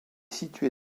situé